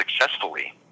successfully